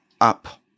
up